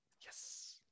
yes